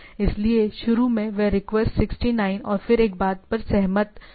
इसलिए शुरू में वह रिक्वेस्ट 69 और फिर एक बात पर सहमत हो गया